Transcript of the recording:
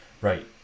right